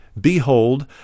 behold